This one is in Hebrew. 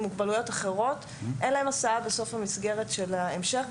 מוגבלויות אחרות אין הסעה בסוף מסגרת ההמשך.